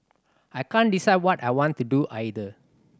I can't decide what I want to do either